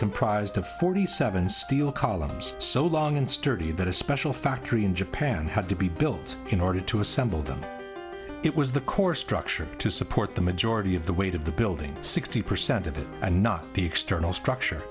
comprised of forty seven steel columns so long and sturdy that a special factory in japan had to be built in order to assemble them it was the core structure to support the majority of the weight of the building sixty percent of it and not the external structure